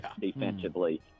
defensively